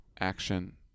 Action